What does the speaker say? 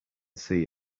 see